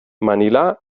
manila